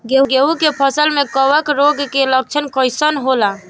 गेहूं के फसल में कवक रोग के लक्षण कइसन होला?